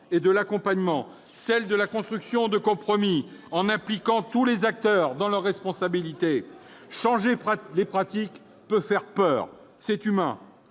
et de l'accompagnement, celle de la construction de compromis, en impliquant tous les acteurs dans leurs responsabilités. Changer les pratiques peut faire peur, c'est humain.